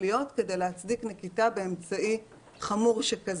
להיות כדי להצדיק נקיטת אמצעי חמור שכזה.